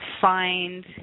find